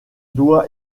doit